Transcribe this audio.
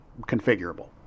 configurable